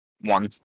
one